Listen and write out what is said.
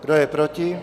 Kdo je proti?